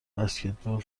بسکتبال